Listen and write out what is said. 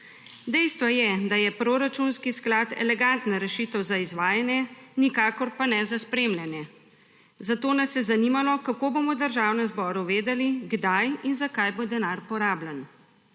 Dejstvo je, da je proračunski sklad elegantna rešitev za izvajanje, nikakor pa ne za spremljanje, zato nas je zanimalo, kako bomo v Državnem zboru vedeli, kdaj in zakaj bo denar porabljen.